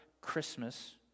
Christmas